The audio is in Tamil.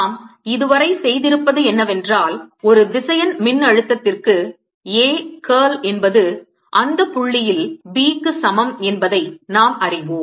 நாம் இதுவரை செய்திருப்பது என்னவென்றால் ஒரு திசையன் மின்னழுத்ததிற்கு A curl என்பது அந்த புள்ளியில் B க்கு சமம் என்பதை நாம் அறிவோம்